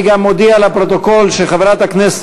אני גם מודיע לפרוטוקול שחברת הכנסת